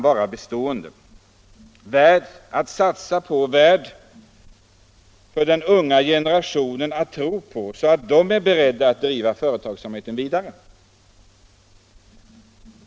Det måste vara av värde att den unga generationen tror på detta så att den är beredd att driva företagsamheten vidare.